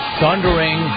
thundering